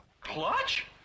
Clutch